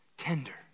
Tender